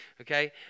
Okay